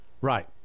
right